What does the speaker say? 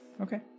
Okay